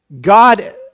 God